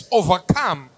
overcome